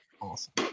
awesome